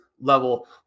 level